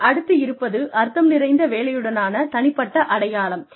இதில் அடுத்து இருப்பது அர்த்தம் நிறைந்த வேலையுடனான தனிப்பட்ட அடையாளம்